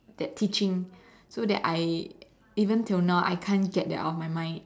that teaching so that I even till now I can't get that out of my mind